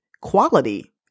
quality